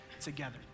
together